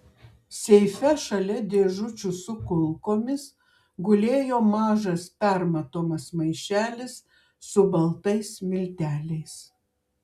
seife šalia dėžučių su kulkomis gulėjo mažas permatomas maišelis su baltais milteliais